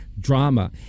drama